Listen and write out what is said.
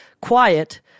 quiet